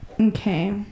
Okay